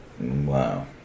Wow